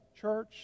church